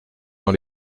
dans